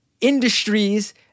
industries